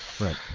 Right